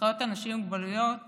לזכויות אנשים עם מוגבלויות